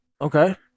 Okay